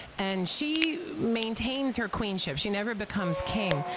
and she maintains her queenship. she never becomes king,